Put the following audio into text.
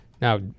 Now